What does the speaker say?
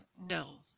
no